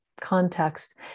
context